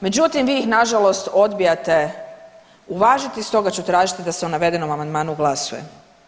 Međutim, vi ih nažalost odbijate uvažiti stoga ću tražiti da se o navedenom amandmanu glasuje.